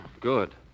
good